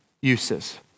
uses